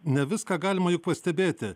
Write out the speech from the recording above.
ne viską galima juk pastebėti